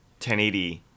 1080